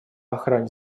охране